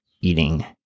eating